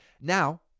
Now